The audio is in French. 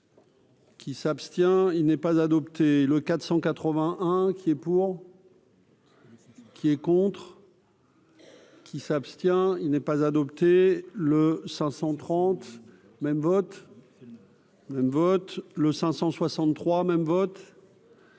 Qui s'abstient, il n'est pas adopté le 481 qui est pour. Qui est contre qui s'abstient, il n'est pas adopté le 530 même vote même vote le 563 même vote.